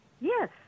Yes